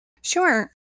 Sure